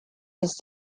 his